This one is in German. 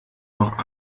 noch